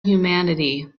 humanity